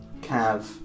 Cav